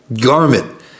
garment